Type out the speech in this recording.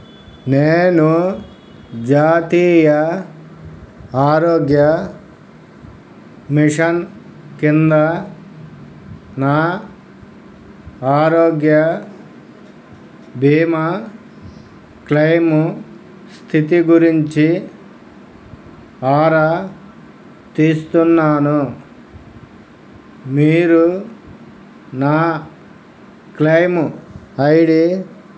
నేను జాతీయ ఆరోగ్య మిషన్ కింద నా ఆరోగ్య బీమా క్లైయిము స్థితి గురించి ఆరా తీస్తున్నాను మీరు నా క్లైయిము ఐడి